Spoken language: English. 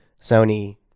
Sony